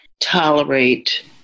tolerate